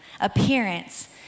appearance